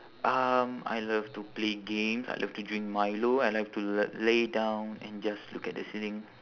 um I love to play games I love to drink milo I love to l~ lay down and just look at the ceiling